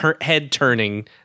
head-turning